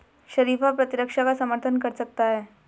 शरीफा प्रतिरक्षा का समर्थन कर सकता है